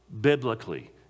biblically